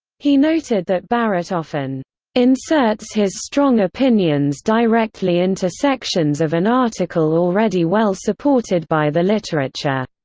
he noted that barrett often inserts his strong opinions directly into sections of an article already well supported by the literature.